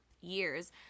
years